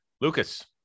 Lucas